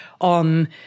on